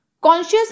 conscious